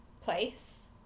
place